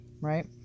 right